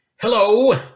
Hello